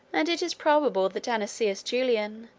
and it is probable that anicius julian,